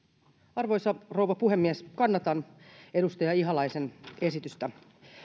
arvoisa rouva puhemies kannatan edustaja ihalaisen esitystä